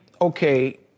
okay